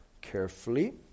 carefully